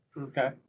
Okay